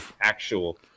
actual